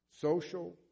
Social